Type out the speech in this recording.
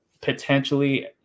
potentially